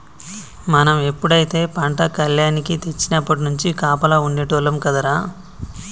మనం ఎప్పుడైతే పంట కల్లేనికి తెచ్చినప్పట్నుంచి కాపలా ఉండేటోల్లం కదరా